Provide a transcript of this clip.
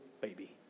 baby